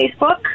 Facebook